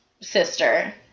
sister